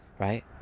right